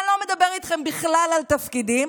אני לא מדבר איתכם בכלל על תפקידים,